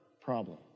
problem